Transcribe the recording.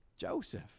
Joseph